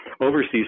overseas